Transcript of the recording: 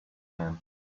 man